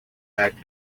back